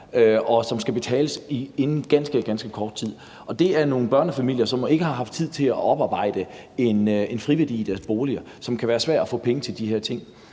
og som skal betales inden for ganske, ganske kort tid. Det er nogle børnefamilier, som ikke har haft tid til at oparbejde en friværdi i deres boliger, og som kan få svært ved at finde penge til de her ting.